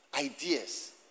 ideas